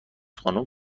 خانم